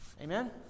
Amen